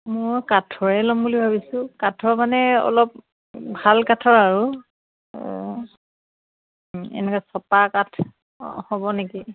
মোৰ কাঠৰে ল'ম বুলি ভাবিছোঁ কাঠৰ মানে অলপ ভাল কাঠৰ আৰু এনেকৈ চপা কাঠ হ'ব নেকি